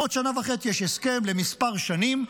בעוד שנה וחצי יש הסכם לכמה שנים.